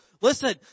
Listen